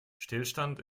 stillstand